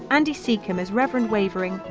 andy secombe as reverend wavering,